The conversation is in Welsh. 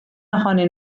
ohonyn